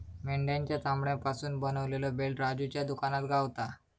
मेंढ्याच्या चामड्यापासून बनवलेलो बेल्ट राजूच्या दुकानात गावता